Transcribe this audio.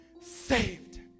saved